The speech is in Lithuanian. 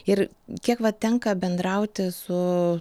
ir kiek va tenka bendrauti su